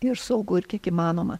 ir saugu ir kiek įmanoma